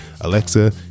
Alexa